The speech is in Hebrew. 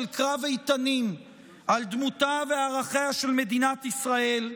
קרב איתנים על דמותה וערכיה של מדינת ישראל,